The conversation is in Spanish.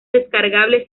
descargable